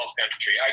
country